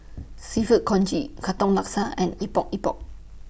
Seafood Congee Katong Laksa and Epok Epok